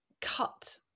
cut